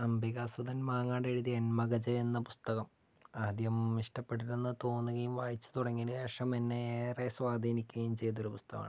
അംബികാസുധൻ മാങ്ങാട് എഴുതിയ എൻ മഗജ എന്ന പുസ്തകം ആദ്യം ഇഷ്ട്ടപ്പെടരുതെന്ന് തോന്നുകയും വായിച്ച് തുടങ്ങിയതിന് ശേഷം എന്നെ ഏറെ സ്വാധീനിക്കിയും ചെയ്തൊരു പുസ്തകമാണ്